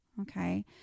Okay